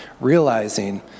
realizing